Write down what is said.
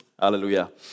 hallelujah